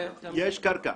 יש קרקע.